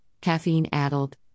caffeine-addled